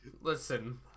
Listen